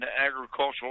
agricultural